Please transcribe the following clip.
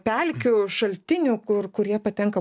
pelkių šaltinių kur kurie patenka